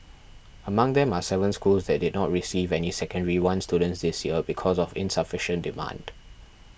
among them are seven schools that did not receive any Secondary One students this year because of insufficient demand